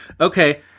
Okay